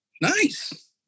Nice